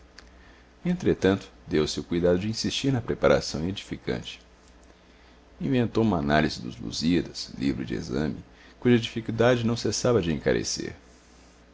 carga entretanto deu-se o cuidado de insistir na preparação edificante inventou uma análise dos lusíadas livro de exame cuja dificuldade não cessava de encarecer